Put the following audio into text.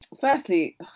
firstly